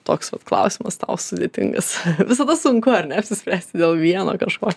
toks vat klausimas tau sudėtingas visada sunku ar ne apsispręsti dėl vieno kažko